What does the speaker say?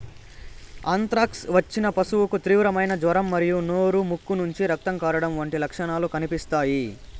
anthrax వచ్చిన పశువుకు తీవ్రమైన జ్వరం మరియు నోరు, ముక్కు నుంచి రక్తం కారడం వంటి లక్షణాలు కనిపిస్తాయి